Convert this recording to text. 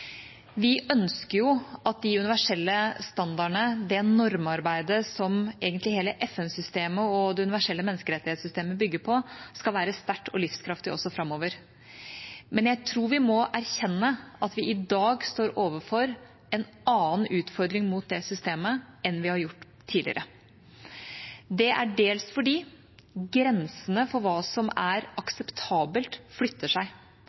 Vi ønsker jo at de universelle standardene – det normarbeidet som egentlig hele FN-systemet og det universelle menneskerettighetssystemet bygger på – skal være sterke og livskraftige også framover. Men jeg tror vi må erkjenne at vi i dag står overfor en annen utfordring mot det systemet enn vi har gjort tidligere. Det er dels fordi grensene for hva som er akseptabelt, flytter seg.